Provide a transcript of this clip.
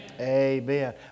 Amen